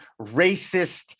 racist